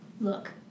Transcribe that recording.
Look